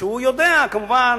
שהוא יודע כמובן,